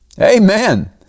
amen